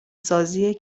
سازی